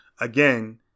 again